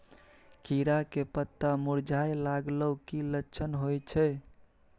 खीरा के पत्ता मुरझाय लागल उ कि लक्षण होय छै?